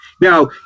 Now